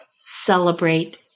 celebrate